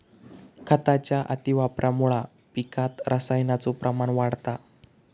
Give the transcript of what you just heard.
खताच्या अतिवापरामुळा पिकात रसायनाचो प्रमाण वाढता